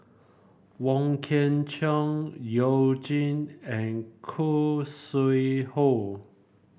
Wong Kwei Cheong You Jin and Khoo Sui Hoe